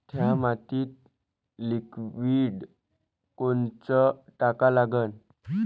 थ्या मातीत लिक्विड कोनचं टाका लागन?